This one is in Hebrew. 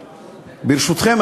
ברשותכם,